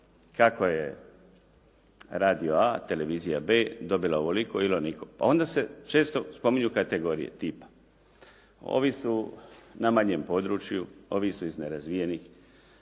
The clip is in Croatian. kako je radio A, televizija B, dobila ovoliko ili onoliko. Pa onda se često spominju kategorije tipa, ovi su na manjem području, ovi su iz nerazvijenih.